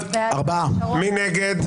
מי נגד?